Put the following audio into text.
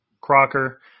Crocker